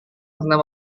pernah